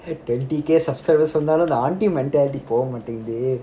twenty K subscribers வந்தாலும் அந்த:vanthalum antha போக மாட்டேங்குதே:poga matenguthe